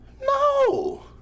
No